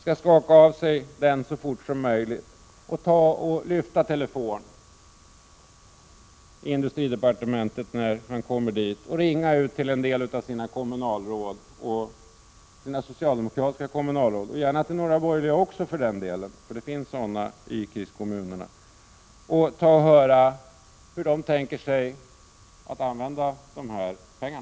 Jag tycker att han, när han kommer tillbaka till industridepartementet, skall lyfta telefonluren och ringa till en del av sina socialdemokratiska kommunalråd — han får gärna ringa till borgerliga kommunalråd också för den delen, det finns sådana i kriskommunerna — och höra efter hur de tänker använda dessa pengar.